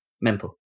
Mental